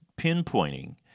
pinpointing